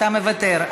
אני מוותר.